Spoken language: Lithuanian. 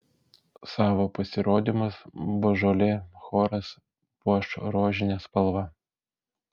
savo pasirodymus božolė choras puoš rožine spalva